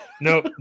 No